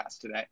today